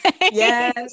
Yes